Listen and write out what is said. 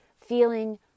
feeling